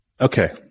Okay